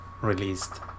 released